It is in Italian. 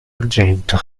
argento